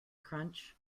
crunch